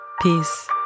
Peace